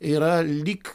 yra lyg